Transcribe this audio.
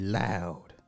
loud